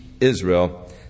Israel